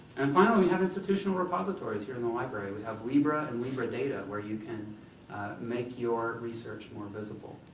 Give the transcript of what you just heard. and finally we have institutional repositories here in the library. we have libra and libra data, where you can make your research more visible.